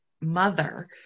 mother